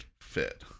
fit